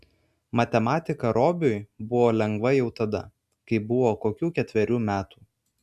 matematika robiui buvo lengva jau tada kai buvo kokių ketverių metų